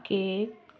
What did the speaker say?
cake